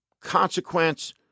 consequence